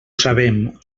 sabem